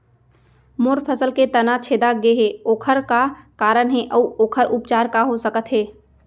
मोर फसल के तना छेदा गेहे ओखर का कारण हे अऊ ओखर उपचार का हो सकत हे?